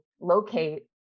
locate